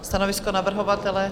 Stanovisko navrhovatele?